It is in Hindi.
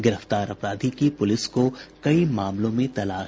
गिरफ्तार अपराधी की पुलिस को कई मामलों में तलाश थी